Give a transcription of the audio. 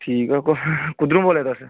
ठीक ऐ कुद्धरों बोल्ला दे तुस